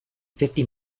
fifty